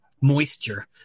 moisture